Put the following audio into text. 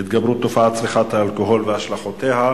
התגברות תופעת צריכת האלכוהול והשלכותיה.